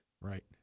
Right